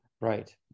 Right